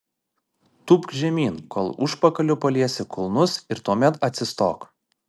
tūpk žemyn kol užpakaliu paliesi kulnus ir tuomet atsistok